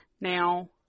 Now